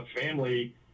family